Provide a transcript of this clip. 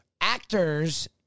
Actors